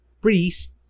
priest